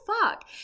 fuck